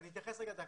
אני אתייחס.